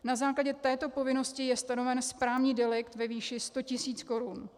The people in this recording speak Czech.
Na základě této povinnosti je stanoven správní delikt ve výši 100 tisíc korun.